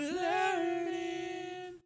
learning